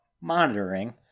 monitoring